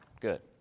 Good